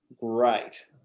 great